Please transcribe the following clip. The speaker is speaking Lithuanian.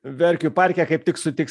verkių parke kaip tik sutiks